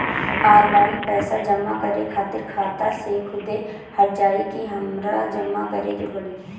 Online पैसा जमा करे खातिर खाता से खुदे कट जाई कि हमरा जमा करें के पड़ी?